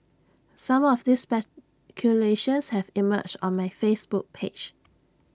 some of these speculations have emerged on my Facebook page